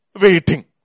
waiting